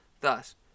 Thus